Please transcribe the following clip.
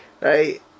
right